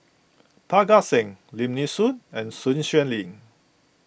Parga Singh Lim Nee Soon and Sun Xueling